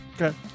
Okay